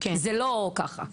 זה לא ככה.